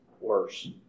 worse